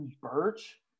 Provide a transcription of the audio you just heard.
Birch